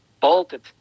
bolted